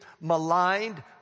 maligned